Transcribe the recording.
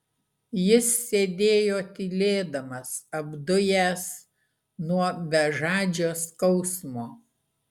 jis sėdėjo tylėdamas apdujęs nuo bežadžio skausmo